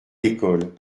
l’école